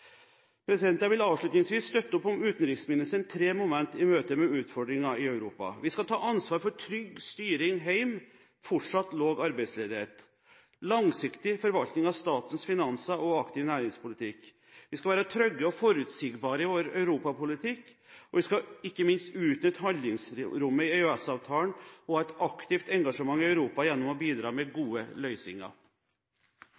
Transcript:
Jeg vil avslutningsvis støtte opp om utenriksministerens tre moment i møte med utfordringene i Europa: Vi skal ta ansvar for trygg styring hjemme, fortsatt lav arbeidsledighet, langsiktig forvaltning av statens finanser og aktiv næringspolitikk. Vi skal være trygge og forutsigbare i vår europapolitikk, og vi skal ikke minst utnytte handlingsrommet i EØS-avtalen og ha et aktivt engasjement i Europa gjennom å bidra med